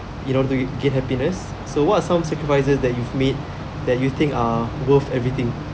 you know to get happiness so what are some sacrifices that you've made that you think are worth everything